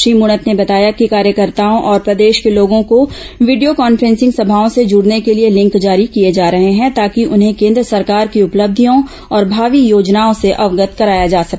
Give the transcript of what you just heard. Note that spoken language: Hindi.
श्री मूणत ने बताया कि कार्यकर्ताओं और प्रदेश के लोगों को वीडियो कॉन्फ्रेंसिंग समाओं से जूडने के लिए लिंक जारी किए जा रहे हैं ताकि उन्हें केन्द्र सरकार की उपलब्धियों और भावी योजनाओं से अवगत कराया जा सके